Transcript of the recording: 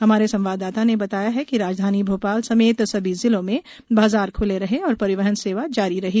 हमारे संवाददाता ने बताया है कि राजधानी भोपाल समेत सभी जिलों में बाजार ख्ले रहे और परिवहन सेवा जारी रही